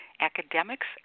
academics